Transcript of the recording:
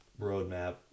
roadmap